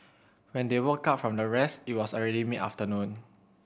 when they woke up from their rest it was already mid afternoon